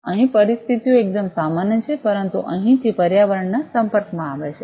અહીં પરિસ્થિતિઓ એકદમ સામાન્ય છે પરંતુ અહીં તે પર્યાવરણના સંપર્કમાં આવે છે